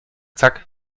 zack